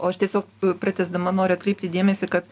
o aš tiesiog pratęsdama noriu atkreipti dėmesį kad